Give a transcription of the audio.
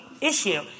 issue